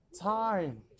time